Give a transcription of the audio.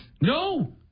No